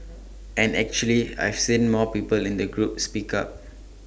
and actually I've seen more people in that group speak up